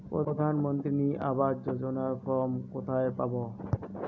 প্রধান মন্ত্রী আবাস যোজনার ফর্ম কোথায় পাব?